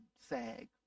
sag